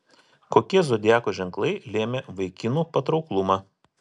kokie zodiako ženklai lėmė vaikinų patrauklumą